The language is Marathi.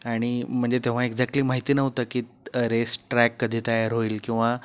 आणि म्हणजे तेव्हा एक्झॅक्टली माहिती नव्हतं की रेस ट्रॅक कधी तयार होईल किंवा